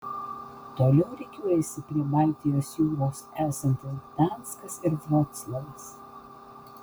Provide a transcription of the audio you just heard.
toliau rikiuojasi prie baltijos jūros esantis gdanskas ir vroclavas